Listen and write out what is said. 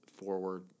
Forward